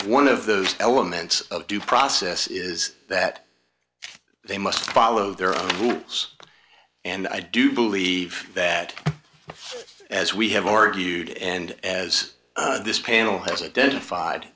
one of those elements of due process is that they must follow their own rules and i do believe that as we have argued and as this panel has identified